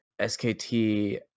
SKT